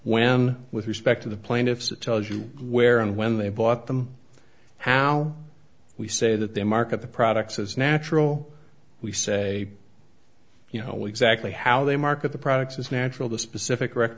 when with respect to the plaintiffs it tells you where and when they bought them how we say that they market the products as natural we say you know exactly how they market the products is natural the specific rec